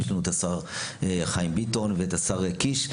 יש לנו את השר חיים ביטון ואת השר קיש.